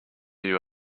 you